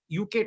UK